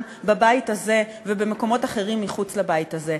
בבית הזה ובמקומות אחרים מחוץ לבית הזה,